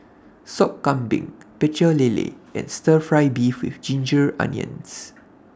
Sop Kambing Pecel Lele and Stir Fry Beef with Ginger Onions